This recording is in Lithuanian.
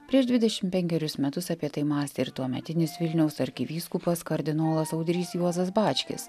prieš dvidešim penkerius metus apie tai mąstė ir tuometinis vilniaus arkivyskupas kardinolas audrys juozas bačkis